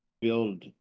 build